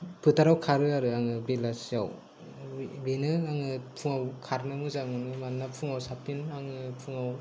फोथाराव खारो आरो आङो बेलासियाव बेनो आङो फुङाव खारनो मोजां मोनो मानोना फुङाव साबसिन आङो फुङाव